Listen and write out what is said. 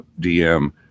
dm